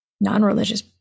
Non-religious